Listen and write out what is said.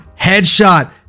headshot